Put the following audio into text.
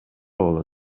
болот